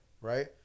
right